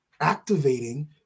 activating